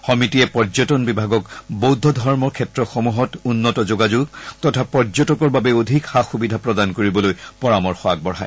সমিতিয়ে পৰ্যটন বিভাগক বৌদ্ধ ধৰ্ম ক্ষেত্ৰসমূহত উন্নত যোগাযোগ তথা পৰ্যটকৰ বাবে অধিক সা সুবিধা প্ৰদান কৰিবলৈ পৰামৰ্শ দিয়ে